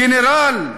// גנרל,